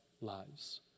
lives